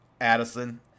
Addison